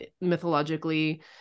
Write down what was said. mythologically